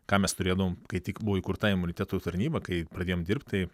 ką mes turėdavom kai tik buvo įkurta imuniteto tarnyba kai pradėjom dirbt tai